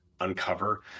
uncover